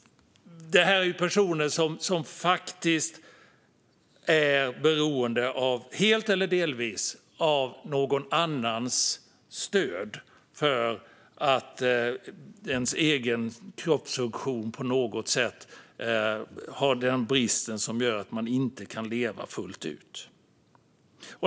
Detta är personer som faktiskt helt eller delvis är beroende av någon annans stöd eftersom de på något sätt har brister i sin kroppsfunktion som gör att de inte kan leva fullt ut.